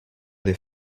des